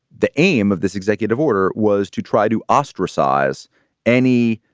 the aim of this executive order was to try to ostracize any,